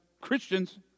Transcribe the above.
Christians